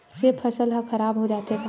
से फसल ह खराब हो जाथे का?